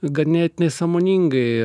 ganėtinai sąmoningai